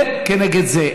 זה כנגד זה.